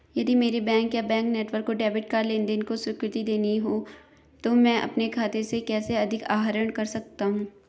यदि मेरे बैंक या बैंक नेटवर्क को डेबिट कार्ड लेनदेन को स्वीकृति देनी है तो मैं अपने खाते से कैसे अधिक आहरण कर सकता हूँ?